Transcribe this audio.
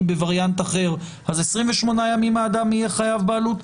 בווריאנט אחר אז 28 האדם יהיה חייב בעלות?